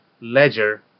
ledger